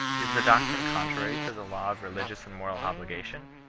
is the doctrine contrary to the law of religious and moral obligation?